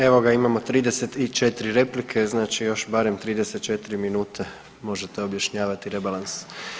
Evo ga, imamo 34 replike, znači još barem 34 minute možete objašnjavati rebalans.